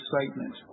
excitement